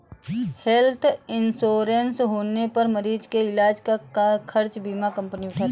health insurance होने पर मरीज के इलाज का खर्च बीमा कंपनी उठाती है